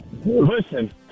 Listen